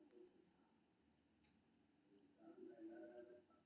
equity मूल्यवान संपत्तिक स्वामित्व होइ छै